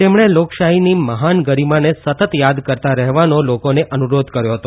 તેમણે લોકશાહીની મહાન ગરીમાને સતત યાદ કરતા રહેવાનો લોકોને અનુરોધ કર્યો હતો